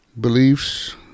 beliefs